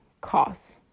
costs